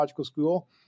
School